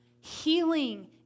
healing